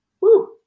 Woo